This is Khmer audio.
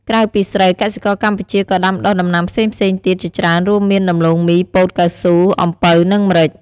ក្រៅពីស្រូវ កសិករកម្ពុជាក៏ដាំដុះដំណាំផ្សេងៗទៀតជាច្រើន រួមមាន ដំឡូងមី ពោត កៅស៊ូ អំពៅ និងម្រេច។